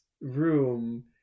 room